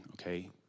okay